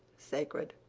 sacred.